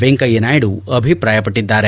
ವೆಂಕಯ್ಯ ನಾಯ್ಡು ಅಭಿಪ್ರಾಯಪಟ್ಟಿದ್ದಾರೆ